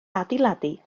adeiladu